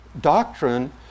doctrine